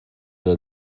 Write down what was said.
der